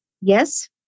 Yes